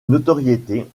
notoriété